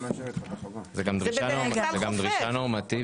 זו גם דרישה נורמטיבית.